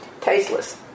Tasteless